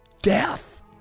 death